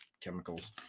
chemicals